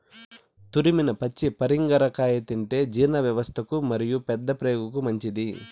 తురిమిన పచ్చి పరింగర కాయ తింటే జీర్ణవ్యవస్థకు మరియు పెద్దప్రేగుకు మంచిది